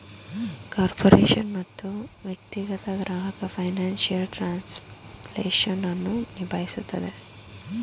corporation ಮತ್ತು ವ್ಯಕ್ತಿಗತ ಗ್ರಾಹಕ ಫೈನಾನ್ಸಿಯಲ್ ಟ್ರಾನ್ಸ್ಲೇಷನ್ ಅನ್ನು ನಿಭಾಯಿಸುತ್ತದೆ